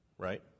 Right